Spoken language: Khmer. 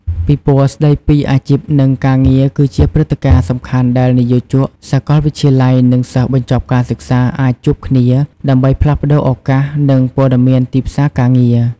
ពិព័រណ៍ស្ដីពីអាជីព និងការងារគឺជាព្រឹត្តិការណ៍សំខាន់ដែលនិយោជក សាកលវិទ្យាល័យ និងសិស្សបញ្ចប់ការសិក្សាអាចជួបគ្នាដើម្បីផ្លាស់ប្តូរឱកាស និងព័ត៌មានទីផ្សារការងារ។